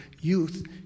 youth